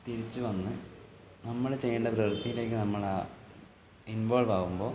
തിരിച്ചുവന്ന് നമ്മൾ ചെയ്യേണ്ട പ്രവൃത്തിയിലേക്കു നമ്മൾ ഇൻവോൾവാകുമ്പോൾ